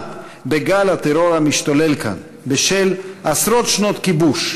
בגל הטרור המשתולל כאן בשל עשרות שנות כיבוש,